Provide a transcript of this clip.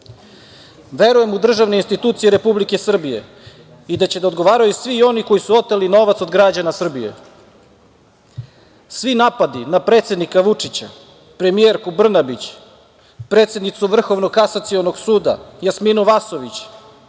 zemlja. Verujem u državne institucije Republike Srbije i da će da odgovaraju svi oni koji su oteli novac od građana Srbije. Svi napadi na predsednika Vučića, premijerku Brnabić, predsednicu Vrhovnog Kasacionog suda Jasminu Vasović,